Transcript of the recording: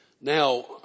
Now